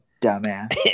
dumbass